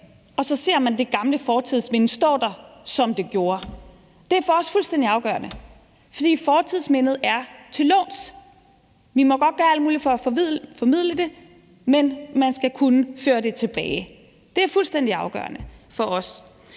og så ser man det gamle fortidsminde stå der, som det gjorde. Det er for os fuldstændig afgørende, for fortidsmindet er til låns. Vi må godt gøre alt muligt for at formidle det, men man skal kunne føre det tilbage. Det er fuldstændig afgørende for os.